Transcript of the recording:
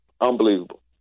unbelievable